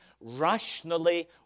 rationally